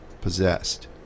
possessed